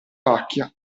pacchia